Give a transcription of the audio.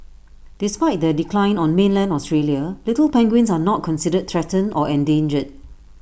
despite their decline on mainland Australia little penguins are not considered threatened or endangered